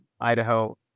Idaho